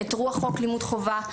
את רוח חוק לימוד חובה,